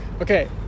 okay